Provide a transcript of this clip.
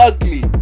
Ugly